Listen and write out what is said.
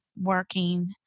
working